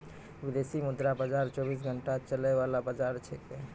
विदेशी मुद्रा बाजार चौबीस घंटा चलय वाला बाजार छेकै